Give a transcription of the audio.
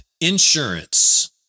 insurance